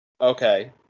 Okay